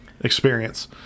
experience